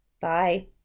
Bye